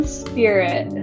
spirit